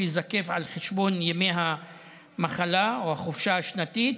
שייזקף על חשבון ימי המחלה או החופשה השנתית,